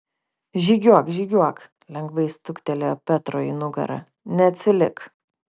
žygiuok žygiuok lengvai stuktelėjo petro į nugarą neatsilik